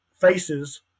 faces